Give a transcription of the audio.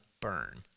burn